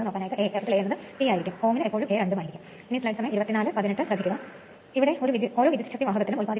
ആ ഇൻഡക്ഷൻ മെഷീന്റെ അടിസ്ഥാന തത്വം ഒരു പ്രശ്നവും സൃഷ്ടിക്കില്ലെന്ന് പ്രതീക്ഷിക്കുന്നു